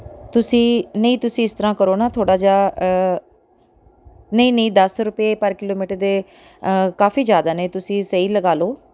ਤੁਸੀਂ ਨਹੀਂ ਤੁਸੀਂ ਇਸ ਤਰ੍ਹਾਂ ਕਰੋ ਨਾ ਥੋੜ੍ਹਾ ਜਿਹਾ ਨਹੀਂ ਨਹੀਂ ਦਸ ਰੁਪਏ ਪਰ ਕਿਲੋਮੀਟਰ ਦੇ ਕਾਫੀ ਜ਼ਿਆਦਾ ਨੇ ਤੁਸੀਂ ਸਹੀ ਲਗਾ ਲਓ